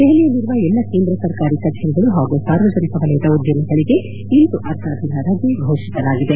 ದೆಹಲಿಯಲ್ಲಿರುವ ಎಲ್ಲ ಕೇಂದ್ರ ಸರ್ಕಾರಿ ಕಚೇರಿಗಳು ಹಾಗೂ ಸಾರ್ವಜನಿಕ ವಲಯದ ಉದ್ದಮಿಗಳಿಗೆ ಇಂದು ಅರ್ಧದಿನ ರಜೆ ಘೋಷಿಸಲಾಗಿದೆ